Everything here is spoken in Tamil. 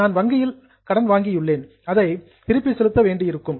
நான் வங்கியில் லோன் கடன் வாங்கினேன் அதை நான் ரீபே திருப்பி செலுத்த வேண்டியிருக்கும்